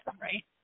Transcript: Right